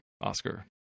Oscar